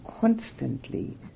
constantly